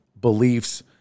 beliefs